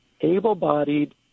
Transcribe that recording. Able-bodied